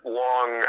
long